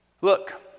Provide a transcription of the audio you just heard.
Look